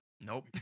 nope